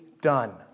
done